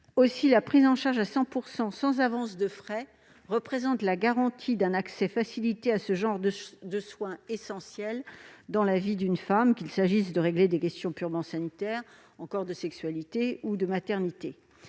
Aussi la prise en charge à 100 % sans avance de frais représente la garantie d'un accès facilité à ce genre de soins essentiels dans la vie d'une femme, qu'il s'agisse de régler des questions purement sanitaires, des questions de sexualité ou de maternité.